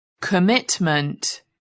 Commitment